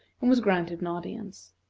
and was granted an audience.